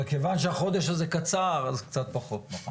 אבל מכיוון שהחודש הזה קצר אז קצת פחות.